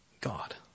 God